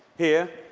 here